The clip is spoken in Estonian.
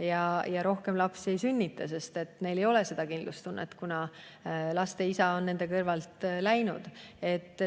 ja rohkem lapsi ei sünnita, sest neil ei ole seda kindlustunnet, kuna laste isa on nende kõrvalt läinud.